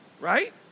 Right